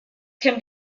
can